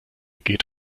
geht